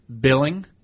billing